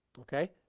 Okay